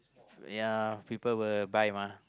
ya people will buy ah